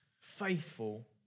faithful